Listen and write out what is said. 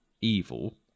evil